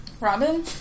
Robin